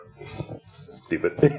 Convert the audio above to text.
Stupid